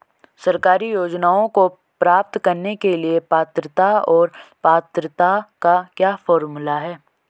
सरकारी योजनाओं को प्राप्त करने के लिए पात्रता और पात्रता का क्या फार्मूला है?